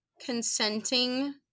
consenting